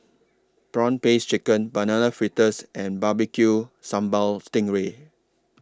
Prawn Paste Chicken Banana Fritters and Barbecue Sambal Sting Ray